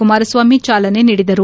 ಕುಮಾರಸ್ವಾಮಿ ಚಾಲನೆ ನೀಡಿದರು